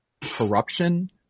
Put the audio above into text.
corruption